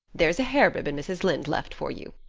there's a hair ribbon mrs. lynde left for you.